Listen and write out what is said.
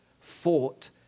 fought